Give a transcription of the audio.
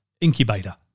incubator